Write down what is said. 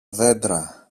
δέντρα